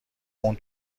اون